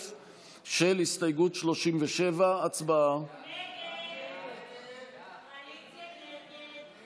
כמעט כל נבחר ציבור מגיע לשעת מבחן שבה הוא עומד ומחליט אם